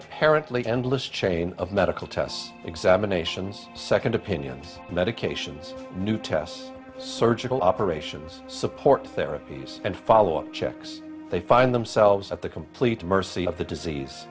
apparently endless chain of medical tests examinations second opinions medications new tests surgical operations support therapies and follow up checks they find themselves at the complete mercy of the disease